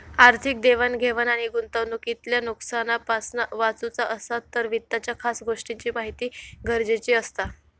आर्थिक देवाण घेवाण आणि गुंतवणूकीतल्या नुकसानापासना वाचुचा असात तर वित्ताच्या खास गोष्टींची महिती गरजेची असता